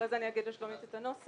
אחרי זה אני אומר לשלומית את הנוסח.